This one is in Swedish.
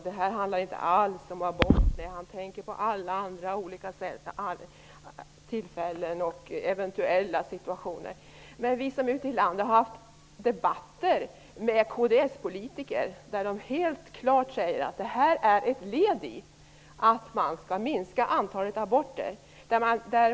Det handlar inte alls om abort. Nej, han tänker på andra situationer som eventuellt kan uppstå. Men vi som ute i landet har fört debatter med kdspolitiker har hört dem säga helt klart att vad det nu handlar om är ett led i att minska antalet aborter.